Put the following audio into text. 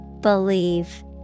Believe